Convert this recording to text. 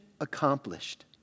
accomplished